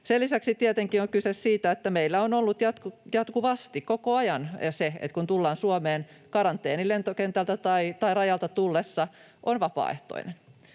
Sen lisäksi tietenkin on kyse siitä, että meillä on ollut jatkuvasti, koko ajan Suomeen lentokentältä tai rajalta tullessa vapaaehtoinen